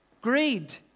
Greed